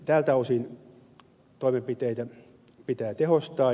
tältä osin toimenpiteitä pitää tehostaa